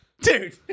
dude